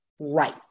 right